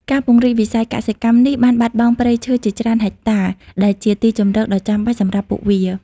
ការពង្រីកវិស័យកសិកម្មនេះបានបាត់បង់ព្រៃឈើជាច្រើនហិកតា ដែលជាទីជម្រកដ៏ចាំបាច់សម្រាប់ពួកវា។